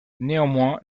néanmoins